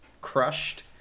crushed